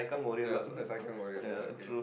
yeah saikang warriors lah okay